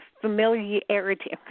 familiarity